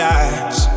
eyes